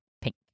pink